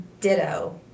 Ditto